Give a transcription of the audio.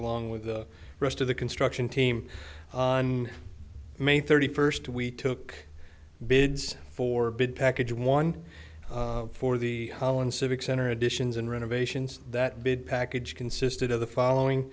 along with the rest of the construction team on may thirty first we took bids for bid package one for the holland civic center additions and renovations that big package consisted of the following